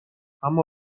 اما